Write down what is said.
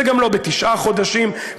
וגם לא בתשעה חודשים,